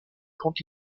quand